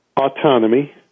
autonomy